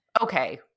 okay